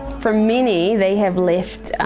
for many, they have left